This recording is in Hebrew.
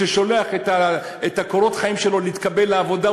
ששולח את קורות החיים שלו להתקבל לעבודה,